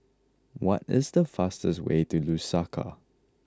what is the fastest way to Lusaka